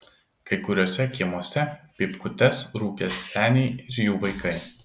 kai kuriuose kiemuose pypkutes rūkė seniai ir jų vaikai